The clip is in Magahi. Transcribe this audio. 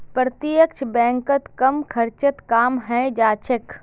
प्रत्यक्ष बैंकत कम खर्चत काम हइ जा छेक